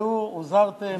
ראו הוזהרתם,